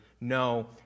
No